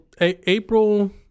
April